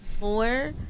more